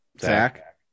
Zach